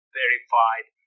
verified